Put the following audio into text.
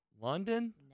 London